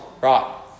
Right